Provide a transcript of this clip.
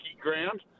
ground